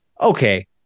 okay